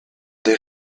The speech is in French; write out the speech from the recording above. des